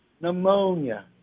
pneumonia